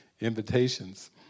invitations